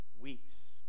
Weeks